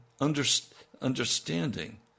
understanding